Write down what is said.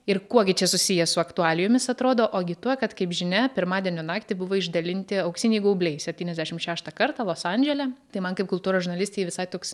ir kuo gi čia susiję su aktualijomis atrodo ogi tuo kad kaip žinia pirmadienio naktį buvo išdalinti auksiniai gaubliai septyniasdešim šeštą kartą los andžele tai man kaip kultūros žurnalistei visai toks